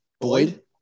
Boyd